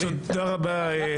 תודה רבה.